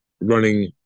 running